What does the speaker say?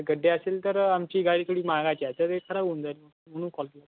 sir गड्डे असेल तर आमची गाडी थोडी महागाची तर ती खराब होऊन जाईल मग म्हणून कॉल केला